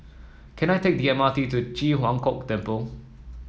can I take the M R T to Ji Huang Kok Temple